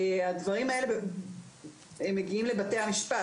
הדברים האלה מגיעים לבתי המשפט,